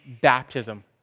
baptism